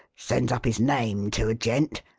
sends up his name to a gent,